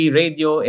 radio